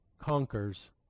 conquers